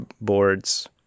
boards